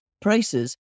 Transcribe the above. prices